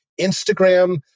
Instagram